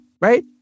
right